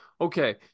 okay